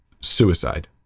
suicide